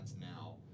now